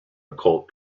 occult